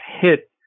hit